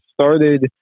started